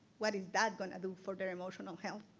what is that gonna do for their emotional health?